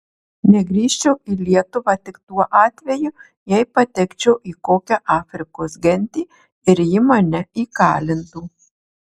negrįžčiau į lietuvą tik tuo atveju jei patekčiau į kokią afrikos gentį ir ji mane įkalintų